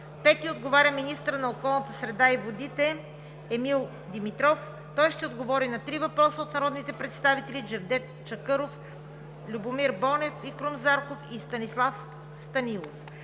Цветкова. 5. Министърът на околната среда и водите Емил Димитров ще отговори на три въпроса от народните представители Джевдет Чакъров; Любомир Бонев и Крум Зарков; и Станислав Станилов.